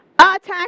Attack